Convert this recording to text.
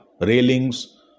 railings